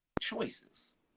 choices